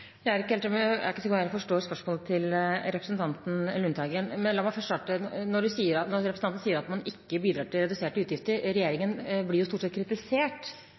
Jeg er ikke sikker på om jeg helt forstår spørsmålet til representanten Lundteigen. Men først: Representanten Lundteigen sier at man ikke bidrar til reduserte utgifter: Regjeringen blir jo stort sett kritisert